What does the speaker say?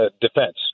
defense